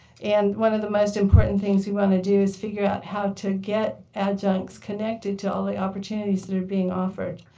and one of the most important things we want to do is figure out how to get adjuncts connected to all the opportunities that are being offered,